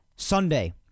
Sunday